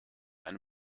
eine